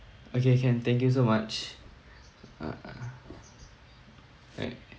okay can thank you so much ah ah alright